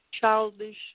childish